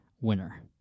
winner